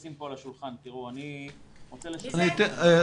אני רוצה לשים פה על השולחן.